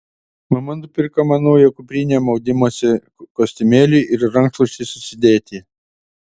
mama nupirko man naują kuprinę maudymosi kostiumėliui ir rankšluosčiui susidėti